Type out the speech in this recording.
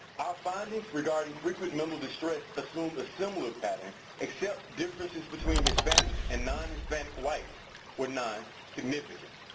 our findings regarding frequent mental distress assumes a similar pattern except differences between hispanics and non-hispanic whites were not significant.